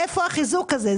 אז איפה החיזוק הזה?